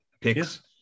picks